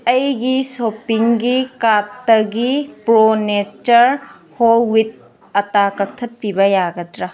ꯑꯩꯒꯤ ꯁꯣꯄꯤꯡꯒꯤ ꯀꯥꯔꯠꯇꯒꯤ ꯄ꯭ꯔꯣ ꯅꯦꯆꯔ ꯍꯣꯜ ꯋꯤꯠ ꯑꯠꯇꯥ ꯀꯛꯊꯠꯄꯤꯕ ꯌꯥꯒꯗ꯭ꯔꯥ